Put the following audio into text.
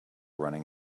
running